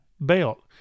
belt